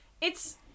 It's-